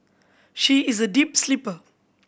she is a deep sleeper